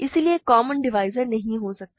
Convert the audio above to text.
इसलिए एक common divisor नहीं हो सकता